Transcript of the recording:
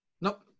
Nope